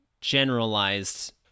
generalized